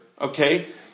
Okay